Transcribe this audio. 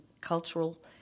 cultural